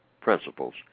principles